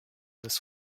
this